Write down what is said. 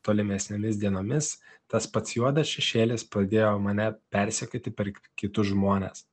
tolimesnėmis dienomis tas pats juodas šešėlis pradėjo mane persekioti per kitus žmones